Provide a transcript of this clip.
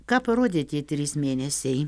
ką parodė tie trys mėnesiai